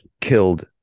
killed